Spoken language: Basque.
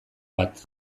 bat